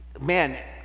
man